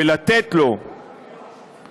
ולתת לו את,